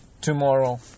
tomorrow